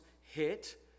hit